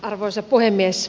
arvoisa puhemies